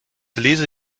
lese